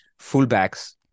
fullbacks